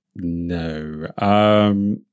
No